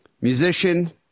Musician